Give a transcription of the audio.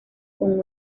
con